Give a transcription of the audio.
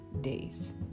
days